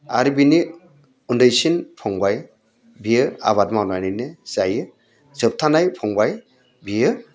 आरो बिनि उन्दैसिन फंबाइ बियो आबाद मावनानैनो जायो जोबथानाय फंबाइ बियो